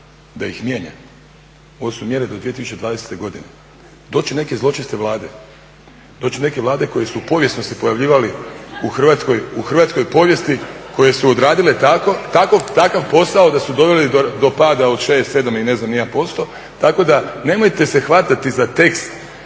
da ih mijenja. Ovo su mjere do 2020. godine. Doći će neke zločeste Vlade, doći će neke Vlade koje su povijesno se pojavljivali u hrvatskoj povijesti koje su odradile takav posao da su doveli do pada od šest, sedam i ne znam ni ja posto. Tako da, nemojte se hvatati za tekst